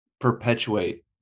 perpetuate